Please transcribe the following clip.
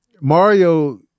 Mario